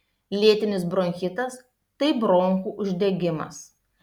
lėtinis bronchitas tai bronchų uždegimas